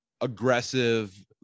aggressive